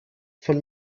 von